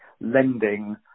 lending